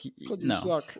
No